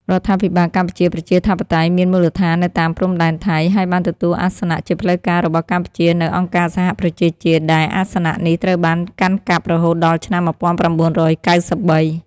រដ្ឋាភិបាលកម្ពុជាប្រជាធិបតេយ្យ មានមូលដ្ឋាននៅតាមព្រំដែនថៃ ហើយបានទទួលអាសនៈជាផ្លូវការរបស់កម្ពុជានៅអង្គការសហប្រជាជាតិ ដែលអាសនៈនេះត្រូវបានកាន់កាប់រហូតដល់ឆ្នាំ១៩៩៣។